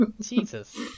Jesus